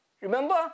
Remember